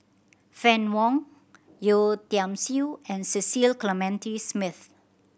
Fann Wong Yeo Tiam Siew and Cecil Clementi Smith